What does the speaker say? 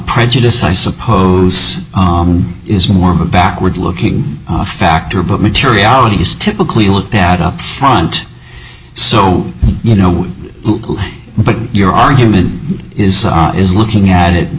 prejudice i suppose is more of a backward looking factor but materiality is typically looked at up front so you know but your argument is looking at it